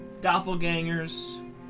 doppelgangers